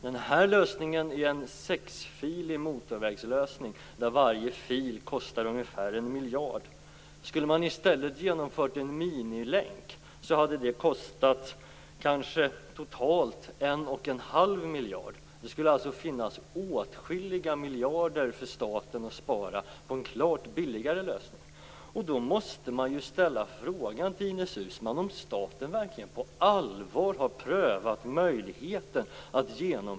Den här lösningen är en sexfilig motorvägslösning, där varje fil kostar ungefär en miljard. Skulle man i stället genomföra en minilänk skulle det kanske kosta totalt 1 1⁄2 miljard. Det skulle alltså finnas åtskilliga miljarder för staten att spara på en klart billigare lösning.